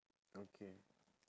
okay